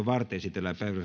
varten esitellään